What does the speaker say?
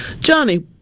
Johnny